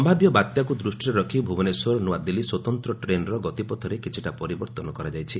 ସ୍ୟାବ୍ୟ ବାତ୍ୟାକୁ ଦୂଷ୍ଟିରେ ରଖି ଭୁବନେଶ୍ୱର ନିଆଦିଲୁୀ ସ୍ୱତନ୍ତ ଟ୍ରେନ୍ର ଗତିପଥରେ କିଛିଟା ପରିବର୍ଭନ କରାଯାଇଛି